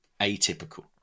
atypical